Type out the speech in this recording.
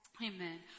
Amen